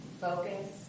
focus